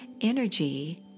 energy